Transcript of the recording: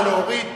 נא להוריד.